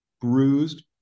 bruised